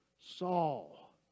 Saul